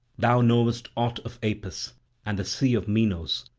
thou knowest aught of apis and the sea of minos,